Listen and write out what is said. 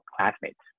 classmates